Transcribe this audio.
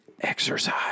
exercise